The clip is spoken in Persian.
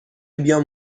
بیام